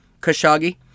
Khashoggi